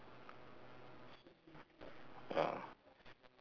ah